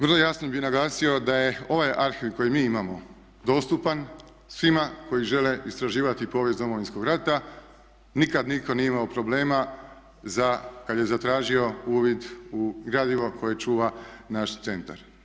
Vrlo jasno bih naglasio da je ovaj arhiv koji mi imamo dostupan svima koji žele istraživati povijest Domovinskog rata, nikad nitko nije imao problema za kada je zatražio uvid u gradivo koje čuva naš centar.